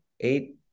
Eight